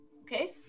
Okay